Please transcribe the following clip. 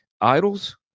Idols